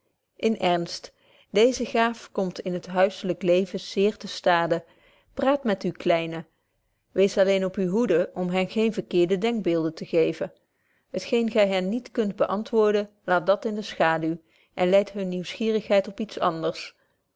in ernst deeze gaaf komt in het huiselyke leven zeer te stade praat met uwe kleinen weest alleen op uwe hoede om hen gene verkeerde denkbeelden te geven het geen gy hen niet kunt beantwoorden laat dat in de schaduw en leidt hunne nieuwsgierigheid op iets anders